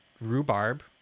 Rhubarb